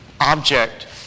object